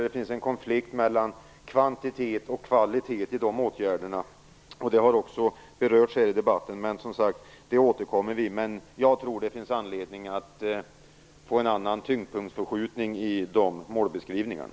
Det finns en konflikt mellan kvantitet och kvalitet i åtgärderna. Det har också berörts i debatten. Vi återkommer till det. Jag tror det finns anledning att få en annan tyngdpunktsförskjutning i de målbeskrivningarna.